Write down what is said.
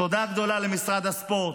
תודה גדולה למשרד הספורט,